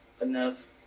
enough